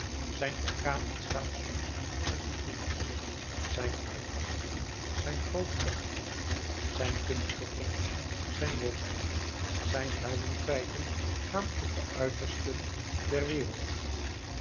zijn orkaan ontstaat soms uit een grimas zijn uitbarstingen zijn groote dagen zijn kunstgewrochten zijn wonderen zijn heldenfeiten gaan tot de uitersten der wereld